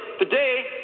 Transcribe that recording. Today